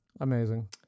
Amazing